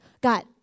got